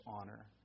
honor